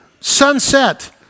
sunset